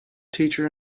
teacher